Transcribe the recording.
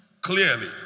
clearly